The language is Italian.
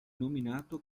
nominato